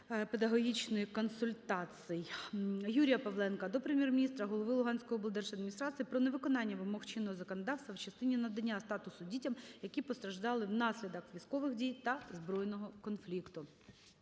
консультацій. Юрія Павленка до Прем'єр-міністра, голови Луганської облдержадміністрації про невиконання вимог чинного законодавства в частині надання статусу дітям, які постраждали внаслідок військових дій та збройного конфлікту.